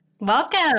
Welcome